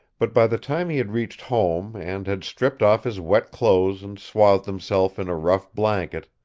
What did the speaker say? but by the time he had reached home and had stripped off his wet clothes and swathed himself in a rough blanket,